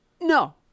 No